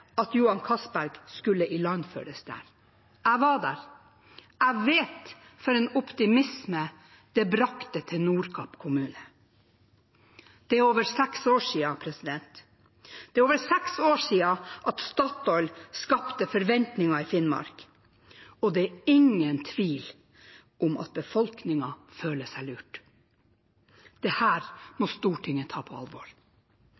at Johan Castberg skulle ilandføres der. Jeg var der. Jeg vet hvilken optimisme det brakte til Nordkapp kommune. Det er over seks år siden. Det er over seks år siden Statoil skapte forventninger i Finnmark, og det er ingen tvil om at befolkningen føler seg lurt.